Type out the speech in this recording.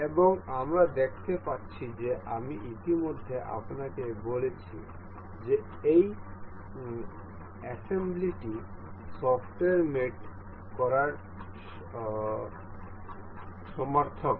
এবং আমরা দেখতে পাচ্ছি যে আমি ইতিমধ্যে আপনাকে বলেছি যে এই অ্যাসেম্বলি টি সফ্টওয়্যারটিতে মেট করার সমার্থক